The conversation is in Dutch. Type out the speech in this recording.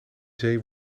zee